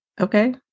okay